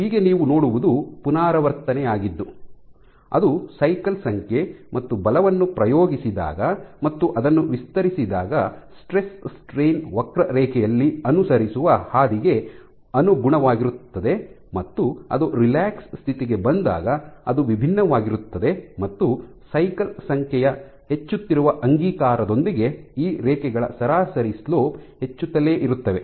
ಹೀಗೆ ನೀವು ನೋಡುವುದು ಪುನರಾವರ್ತನೆಯಾಗಿದ್ದು ಅದು ಸೈಕಲ್ ಸಂಖ್ಯೆ ಮತ್ತು ಬಲವನ್ನು ಪ್ರಯೋಗಿಸಿದಾಗ ಮತ್ತು ಅದನ್ನು ವಿಸ್ತರಿಸಿದಾಗ ಸ್ಟ್ರೆಸ್ ಸ್ಟ್ರೈನ್ ವಕ್ರರೇಖೆಯಲ್ಲಿ ಅನುಸರಿಸುವ ಹಾದಿಗೆ ಅನುಗುಣವಾಗಿರುತ್ತದೆ ಮತ್ತು ಅದು ರಿಲ್ಯಾಕ್ಸ್ ಸ್ಥಿತಿಗೆ ಬಂದಾಗ ಅದು ವಿಭಿನ್ನವಾಗಿರುತ್ತದೆ ಮತ್ತು ಸೈಕಲ್ ಸಂಖ್ಯೆಯ ಹೆಚ್ಚುತ್ತಿರುವ ಅಂಗೀಕಾರದೊಂದಿಗೆ ಈ ರೇಖೆಗಳ ಸರಾಸರಿ ಸ್ಲೋಪ್ ಹೆಚ್ಚುತ್ತಲೇ ಇರುತ್ತವೆ